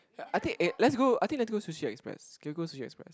I think eh let's go I think let's go Sushi-Express can we go SushiExpress